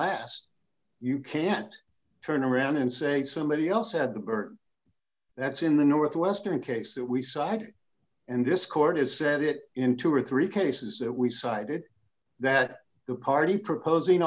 last you can't turn around and say somebody else said the bird that's in the northwestern case that we side in this court has said it in two or three cases that we cited that the party proposing